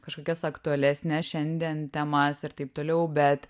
kažkokias aktualesnes šiandien temas ir taip toliau bet